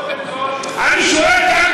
קודם כול, אני שואל.